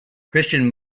christian